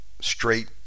straight